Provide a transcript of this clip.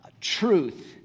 truth